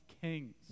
kings